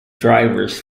drivers